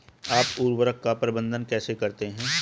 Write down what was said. आप उर्वरक का प्रबंधन कैसे करते हैं?